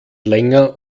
länger